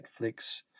Netflix